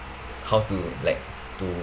how to like to